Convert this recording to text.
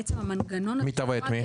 בעצם, המנגנון שבו אתם --- מי תבע את מי?